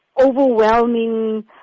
overwhelming